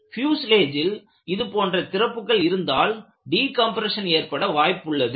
பியூஷ்லேஜில் இதுபோன்ற திறப்புகள் இருந்தால் டி கம்ப்ரஷன் ஏற்பட வாய்ப்புள்ளது